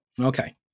Okay